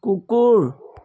কুকুৰ